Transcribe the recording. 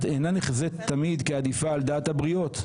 אינה נחזית תמיד כעדיפה על דעת הבריות.